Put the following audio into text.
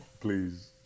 Please